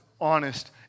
honest